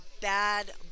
bad